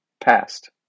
passed